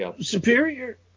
superior